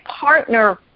partner